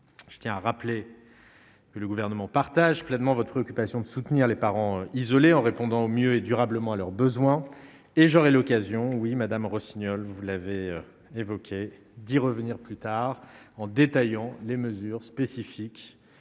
je tiens à rappeler. Le gouvernement partage pleinement votre occupation de soutenir les parents isolés en répondant au mieux et durablement à leurs besoins et j'aurai l'occasion oui Madame Rossignol, vous l'avez évoqué d'y revenir plus tard, en détaillant les mesures spécifiques